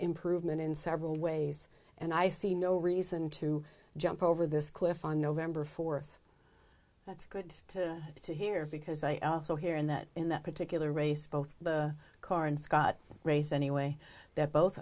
improvement in several ways and i see no reason to jump over this cliff on november fourth that's good to hear because i also hear in that in that particular race both the car and scott race anyway that both